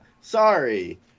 sorry